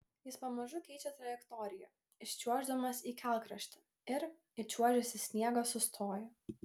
jis pamažu keičia trajektoriją iščiuoždamas į kelkraštį ir įčiuožęs į sniegą sustoja